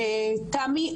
תמי,